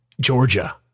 Georgia